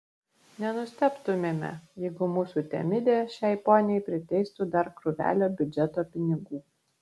nenustebtumėme jeigu mūsų temidė šiai poniai priteistų dar krūvelę biudžeto pinigų